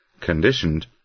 conditioned